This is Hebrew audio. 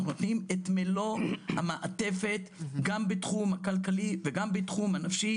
אנחנו נותנים את מלוא המעטפת גם בתחום הכלכלי וגם בתחום הנפשי,